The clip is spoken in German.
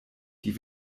die